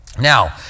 Now